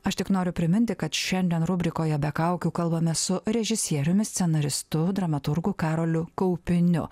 aš tik noriu priminti kad šiandien rubrikoje be kaukių kalbamės su režisieriumi scenaristu dramaturgu karoliu kaupiniu